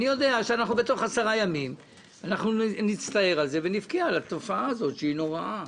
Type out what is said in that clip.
אני יודע שבתוך עשרה ימים נצטער על זה ונבכה על התופעה הזאת שהיא נוראה,